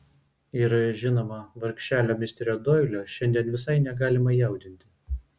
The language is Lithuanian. ir žinoma vargšelio misterio doilio šiandien visai negalima jaudinti